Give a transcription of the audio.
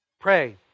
Pray